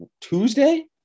Tuesday